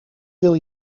wil